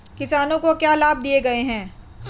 किसानों को क्या लाभ दिए गए हैं?